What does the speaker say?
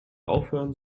aufhören